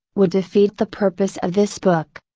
would defeat the purpose of this book.